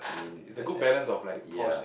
I mean the e~ yeah